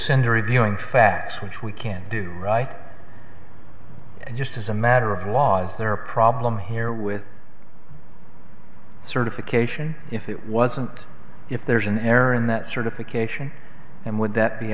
center revealing facts which we can't do right and just as a matter of law is there a problem here with certification if it wasn't if there's an error in that certification and would that be